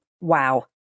wow